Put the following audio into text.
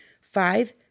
five